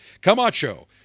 Camacho